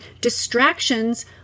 distractions